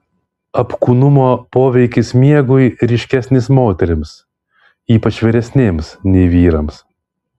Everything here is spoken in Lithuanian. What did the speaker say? apkūnumo poveikis miegui ryškesnis moterims ypač vyresnėms nei vyrams